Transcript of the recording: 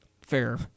Fair